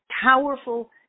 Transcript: powerful